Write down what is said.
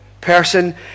person